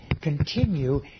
continue